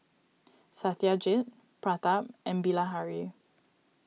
Satyajit Pratap and Bilahari